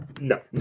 No